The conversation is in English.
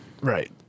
Right